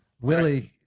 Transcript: Willie